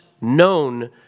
known